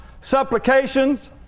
supplications